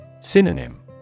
Synonym